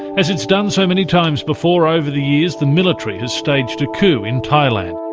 as it's done so many times before over the years, the military has staged a coup in thailand.